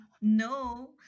no